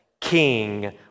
king